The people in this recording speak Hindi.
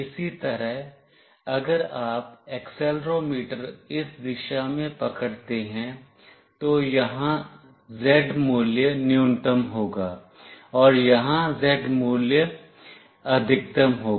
इसी तरह अगर आप एक्सेलेरोमीटर इस दिशा में पकड़ते हैं तो यहां Z मूल्य न्यूनतम होगा और यहां Z मूल्य अधिकतम होगा